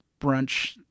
brunch